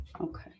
okay